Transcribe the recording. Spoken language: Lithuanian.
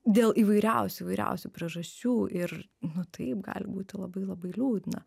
dėl įvairiausių įvairiausių priežasčių ir nu taip gali būti labai labai liūdna